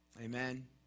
Amen